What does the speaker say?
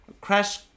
Crash